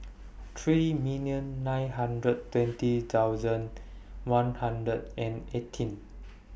three million nine hundred twenty thousand one hundred and eighteen